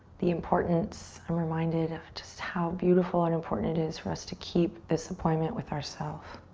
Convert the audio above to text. the importance. i'm reminded of just how beautiful and important it is for us to keep this appointment with ourself.